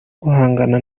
guhangana